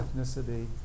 ethnicity